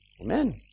Amen